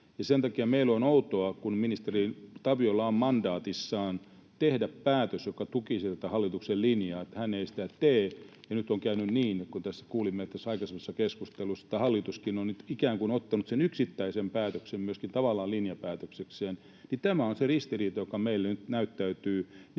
sen takia meille on outoa, että kun ministeri Taviolla on mandaatissaan tehdä päätös, joka tukisi tätä hallituksen linjaa, niin hän ei sitä tee. Ja kun nyt on käynyt niin, kuten kuulimme tässä aikaisemmassa keskustelussa, että hallituskin on nyt ikään kuin ottanut sen yksittäisen päätöksen myöskin tavallaan linjapäätöksekseen, niin tämä on se ristiriita, joka meille nyt näyttäytyy